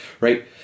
Right